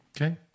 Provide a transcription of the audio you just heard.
Okay